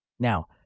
Now